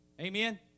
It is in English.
Amen